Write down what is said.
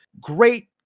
Great